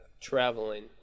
Traveling